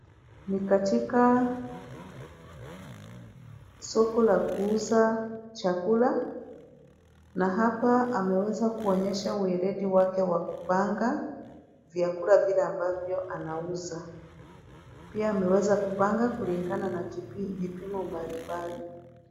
Ni katieka, soko la kuuza chakula. Na hapa ameweza kuonyesha weiledi wake wa kupanga, vyakula vile ambavyo anauza. Pia ameweza kupanga kulingana na kipimo mbalimbali.